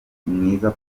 mwiza